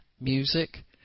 music